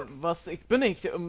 but listening to um